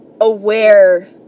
aware